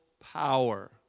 power